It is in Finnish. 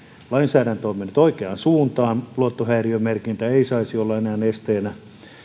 lainsäädäntö on mennyt oikeaan suuntaan luottohäiriömerkintä ei saisi olla enää esteenä